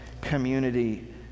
community